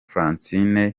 francine